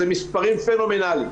אלה מספרים פנומנליים,